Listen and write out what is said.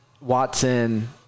Watson